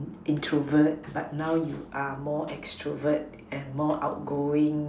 introvert but now you are more extrovert and more outgoing